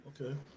Okay